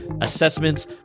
Assessments